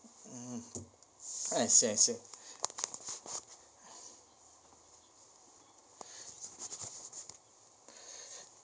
hmm I see I see